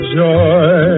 joy